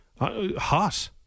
Hot